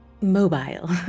mobile